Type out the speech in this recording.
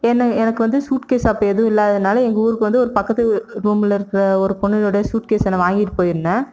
என்னை எனக்கு வந்து சூட்கேஸ் அப்போ எதுவும் இல்லாததுனால் எங்கள் ஊருக்கு வந்து ஒரு பக்கத்து ரூமில் இருக்கிற ஒரு பொண்ணினுடைய சூட்கேஸை நான் வாங்கிட்டு போயிருந்தேன்